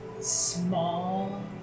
small